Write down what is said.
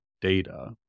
data